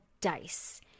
dice